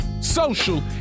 social